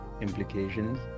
implications